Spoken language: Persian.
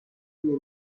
توهین